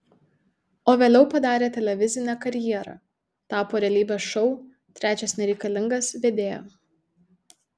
o vėliau padarė televizinę karjerą tapo realybės šou trečias nereikalingas vedėja